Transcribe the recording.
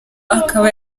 akaba